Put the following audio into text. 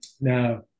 now